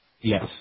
Yes